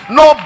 no